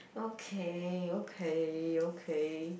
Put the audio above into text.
okay okay okay